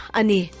ani